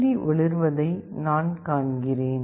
D ஒளிர்வதை நான் காண்கிறேன்